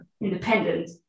independent